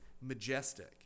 majestic